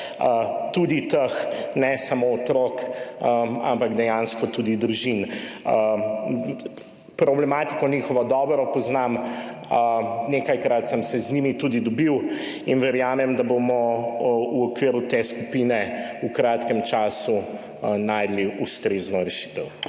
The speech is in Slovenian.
vseh, ne samo teh otrok, ampak dejansko tudi družin. Njihovo problematiko dobro poznam, nekajkrat sem se z njimi tudi dobil in verjamem, da bomo v okviru te skupine v kratkem času našli ustrezno rešitev.